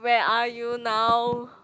where are you now